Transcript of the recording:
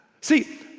See